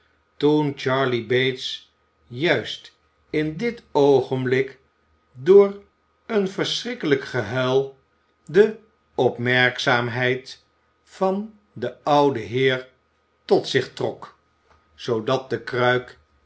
toen charley bates juist in dit oogenblik door een verschrikkelijk gehuil de opmerkbill sikes zaamheid van den ouden heer tot zich trok zoodat de kruik